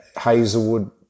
Hazelwood